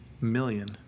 million